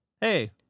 hey